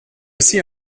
aussi